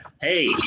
hey